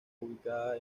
ubicada